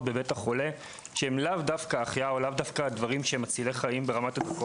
בבית החולה שהם לאו דווקא החייאה או הדברים שמצילי חיים ברמת- --.